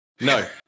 No